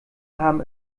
haben